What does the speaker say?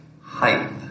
height